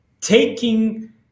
taking